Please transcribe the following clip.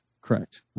Correct